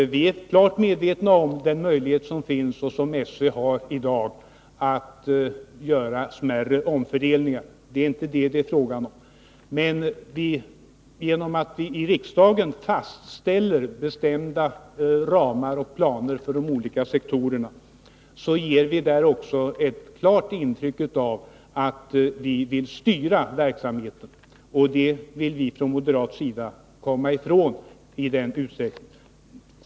Vi är klart medvetna om den möjlighet som finns och där SÖ i dag har att göra smärre omfördelningar. Det är inte frågan om det. Men genom att riksdagen fastställer bestämda ramar och planer för de olika sektorerna ger den också ett klart intryck av att vilja styra verksamheten, och det vill vi från moderat sida komma ifrån.